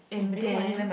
and then